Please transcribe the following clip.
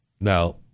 Now